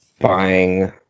buying